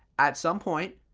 at some point.